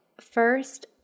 first